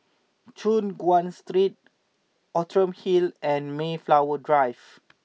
Choon Guan Street Outram Hill and Mayflower Drive